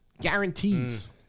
Guarantees